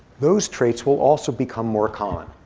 those traits will also become more common.